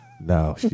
No